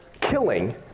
killing